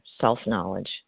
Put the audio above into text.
self-knowledge